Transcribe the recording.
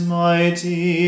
mighty